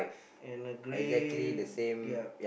and a grey yep